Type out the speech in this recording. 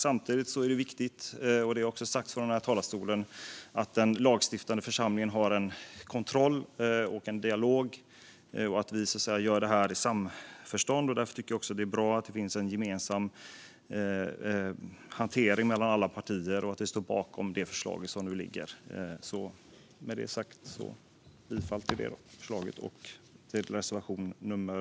Samtidigt är det viktigt, vilket också har sagts från den här talarstolen, att den lagstiftande församlingen har en kontroll och en dialog och att vi gör det här i samförstånd. Därför tycker jag att det är bra att det finns en gemensam hantering mellan alla partier och att vi står bakom det förslag som nu föreligger. Jag yrkar bifall till förslaget och till reservation 5.